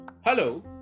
Hello